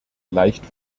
leicht